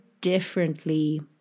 differently